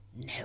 No